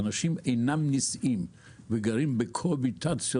אנשים אינם נישאים וגרים בקומבינציות